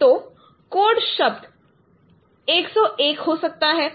तो कोड शब्द 101 हो सकता है